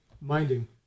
minding